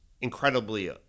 incredibly